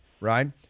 right